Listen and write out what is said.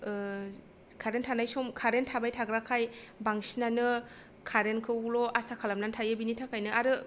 current थानाय सम current थाबाय थाग्रा खाय बांसिनानो कारेन्टखौल' आसा खालामनानै थायो बिनिथाखायनो आरो